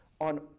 on